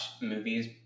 movies